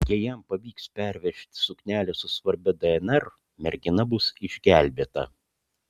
jei jam pavyks pervežti suknelę su svarbia dnr mergina bus išgelbėta